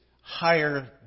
higher